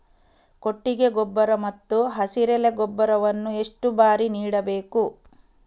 ಕೊಟ್ಟಿಗೆ ಗೊಬ್ಬರ ಮತ್ತು ಹಸಿರೆಲೆ ಗೊಬ್ಬರವನ್ನು ಎಷ್ಟು ಬಾರಿ ನೀಡಬೇಕು?